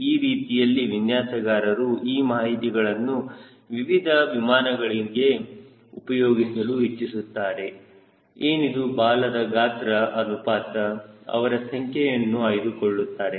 ಈ ರೀತಿಯಲ್ಲಿ ವಿನ್ಯಾಸಗಾರರು ಈ ಮಾಹಿತಿಗಳನ್ನು ವಿವಿಧ ವಿಮಾನಗಳಿಗೆ ಉಪಯೋಗಿಸಲು ಇಚ್ಚಿಸುತ್ತಾರೆ ಏನಿದು ಬಾಲ ಗಾತ್ರದ ಅನುಪಾತ ಅವರು ಸಂಖ್ಯೆಯನ್ನು ಆಯ್ದುಕೊಳ್ಳುತ್ತಾರೆ